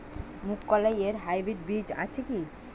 মুগকলাই এর হাইব্রিড বীজ আছে কি?